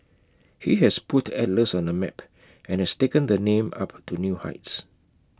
he has put Atlas on the map and has taken the name up to new heights